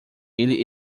ele